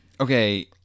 okay